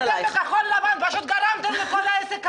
כן, אתם בכחול לבן פשוט גרמתם לכל העסק הזה.